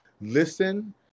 listen